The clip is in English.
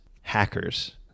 Hackers